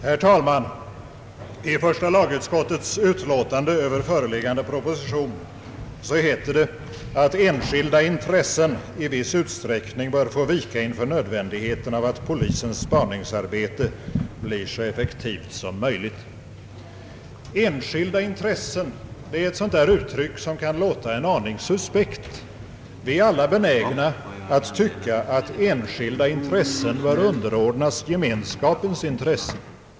Herr talman! I första lagutskottets utlåtande över föreliggande proposition heter det att enskilda intressen i viss utsträckning bör få vika inför nödvändigheten av att polisens spaningsarbete blir så effektivt som möjligt. »Enskilda intressen» är ett sådant där uttryck som kan låta en aning suspekt. Vi är alla benägna att tycka att enskilda intressen bör underordnas gemenskapens intressen.